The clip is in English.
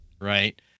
Right